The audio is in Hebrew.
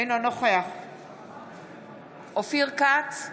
אינו נוכח אופיר כץ,